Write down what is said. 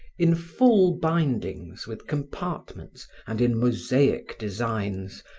in full bindings with compartments and in mosaic designs,